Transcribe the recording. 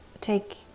take